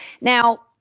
Now